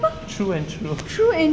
through and through